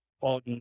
on